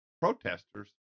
protesters